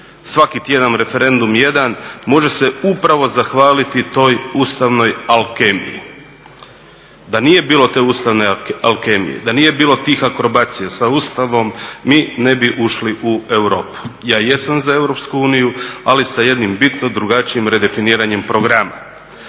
svaki tjedan referendum jedan može se upravo zahvaliti toj ustavnoj alkemiji. Da nije bilo te ustavne alkemije, da nije bilo tih akrobacija sa Ustavom mi ne bi ušli u Europu. Ja jesam za Europsku uniju ali sa jednim bitno drugačijim redefiniranjem programa.